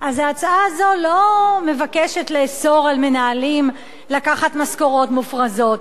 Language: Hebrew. אז ההצעה הזאת לא מבקשת לאסור על מנהלים לקחת משכורות מופרזות,